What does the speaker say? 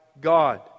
God